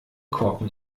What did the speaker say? korken